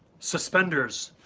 suspenders.